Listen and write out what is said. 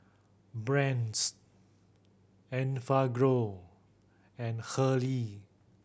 Brand's Enfagrow and Hurley